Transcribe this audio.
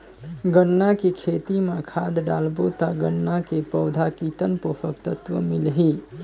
गन्ना के खेती मां खाद डालबो ता गन्ना के पौधा कितन पोषक तत्व मिलही?